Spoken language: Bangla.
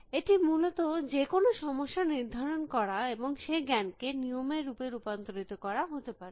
এটি মূলত যে কোনো সমস্যা নির্ধারণ করা এবং সেই জ্ঞানকে নিয়ম এর রূপে রূপান্তরিত করা হতে পারে